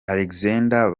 alexander